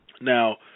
Now